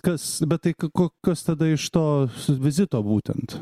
kas bet tai ko kas tada iš to vizito būtent